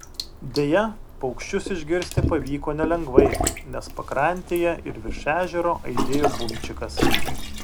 deja paukščius išgirsti pavyko nelengvai nes pakrantėje ir virš ežero aidėjo bumčikas